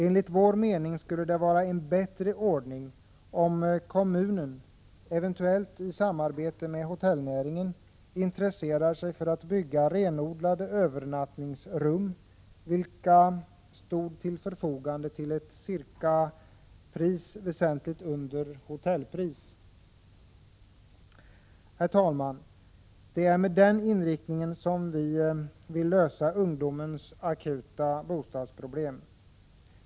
Enligt vår mening skulle det vara en bättre ordning om kommunen, eventuellt i samarbete med hotellnäringen, intresserade sig för att bygga renodlade övernattningsrum, vilka skulle stå till förfogande till ett cirkapris väsentligt under hotellpris. Herr talman! Det är med den inriktningen vi vill lösa ungdomens akuta bostadsproblem.